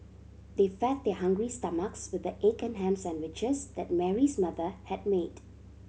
they fed their hungry stomachs with the egg and ham sandwiches that Mary's mother had made